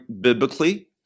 biblically